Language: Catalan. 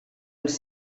els